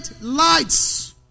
lights